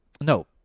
no